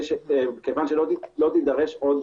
כיוון שלא תידרש עוד,